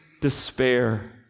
despair